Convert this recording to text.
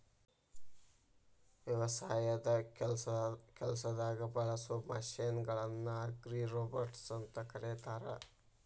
ವ್ಯವಸಾಯದ ಕೆಲಸದಾಗ ಬಳಸೋ ಮಷೇನ್ ಗಳನ್ನ ಅಗ್ರಿರೋಬೊಟ್ಸ್ ಅಂತ ಕರೇತಾರ